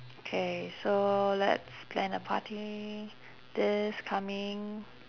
okay so let's plan a party this coming